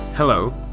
Hello